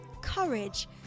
courage